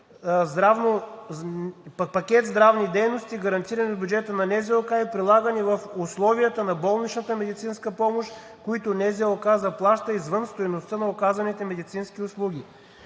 пакет здравни дейности, гарантирани от бюджета на НЗОК и прилагани в условията на болничната медицинска помощ, които НЗОК заплаща извън стойността на оказаните медицински услуги.